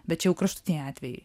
bet čia jau kraštutiniai atvejai